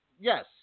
Yes